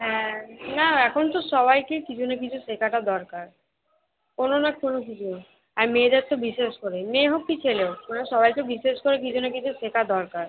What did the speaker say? হ্যাঁ না এখন তো সবাইকেই কিছু না কিছু শেখাটা দরকার কোনো না কোনো কিছু আর মেয়েদের তো বিশেষ করে মেয়ে হোক কি ছেলে ওরা সবাইকে বিশেষ করে কিছু না কিছু শেখা দরকার